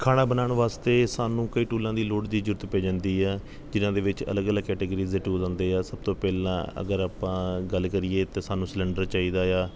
ਖਾਣਾ ਬਣਾਉਣ ਵਾਸਤੇ ਸਾਨੂੰ ਕਈ ਟੂਲਾਂ ਦੀ ਲੋੜ ਦੀ ਜ਼ਰੂਰਤ ਪੈ ਜਾਂਦੀ ਹੈ ਜਿਨ੍ਹਾਂ ਦੇ ਵਿੱਚ ਅਲੱਗ ਅਲੱਗ ਕੈਟਾਗੀਰੀਜ ਦੇ ਟੂਲ ਆਉਂਦੇ ਹੈ ਸਭ ਤੋਂ ਪਹਿਲਾਂ ਅਗਰ ਆਪਾਂ ਗੱਲ ਕਰੀਏ ਤਾਂ ਸਾਨੂੰ ਸਲੰਡਰ ਚਾਹੀਦਾ ਆ